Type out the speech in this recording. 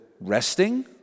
resting